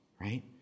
right